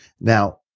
now